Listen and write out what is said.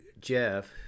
Jeff